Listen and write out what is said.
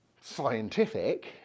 scientific